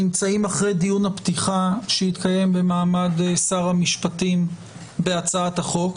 נמצאים אחרי דיון הפתיחה שהתקיים במעמד שר המשפטים בהצעת החוק.